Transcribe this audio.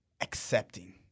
accepting